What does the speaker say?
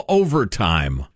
overtime